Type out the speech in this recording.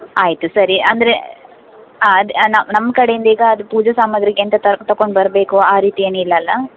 ಆಯಿತು ಸರಿ ಅಂದರೆ ಆಂ ಅದು ನಮ್ಮ ಕಡೆಯಿಂದ ಈಗ ಅದು ಪೂಜೆ ಸಾಮಾಗ್ರಿ ಎಂತ ತಕೊಂಡು ಬರಬೇಕು ಆ ರೀತಿ ಏನಿಲ್ಲಲ್ವಾ